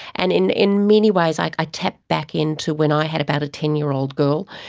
and in in many ways i i tap back into when i had about a ten year old girl,